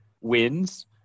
wins